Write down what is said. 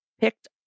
picked